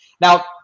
Now